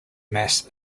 mass